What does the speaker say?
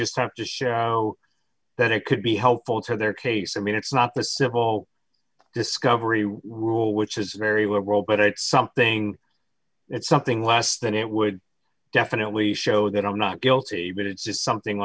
just have to show that it could be helpful to their case i mean it's not the simple discovery rule which is very world but it's something it's something less than it would definitely show that i'm not guilty but it says something